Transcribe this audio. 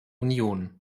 union